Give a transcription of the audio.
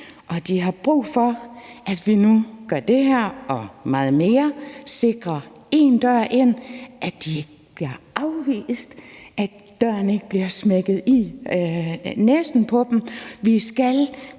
de har brug for, at vi nu gør det her og meget mere, at vi åbner én dør, og at de ikke bliver afvist, og at døren ikke bliver smækket i for næsen af dem.